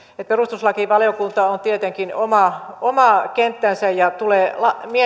perustuslakivaliokunta on tietenkin oma oma kenttänsä ja tulee